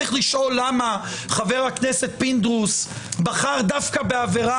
צריך לשאול למה חבר הכנסת פינדרוס בחר דווקא בעבירה